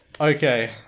okay